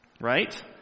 Right